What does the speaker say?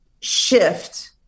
shift